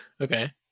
Okay